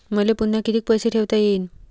मले पुन्हा कितीक पैसे ठेवता येईन?